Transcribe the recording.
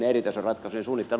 no hyvä niin